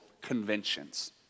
conventions